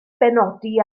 benodi